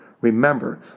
Remember